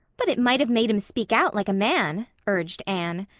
but it might have made him speak out like a man, urged anne.